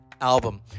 album